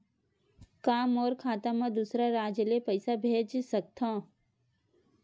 का मोर खाता म दूसरा राज्य ले पईसा भेज सकथव?